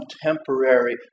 temporary